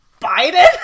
Biden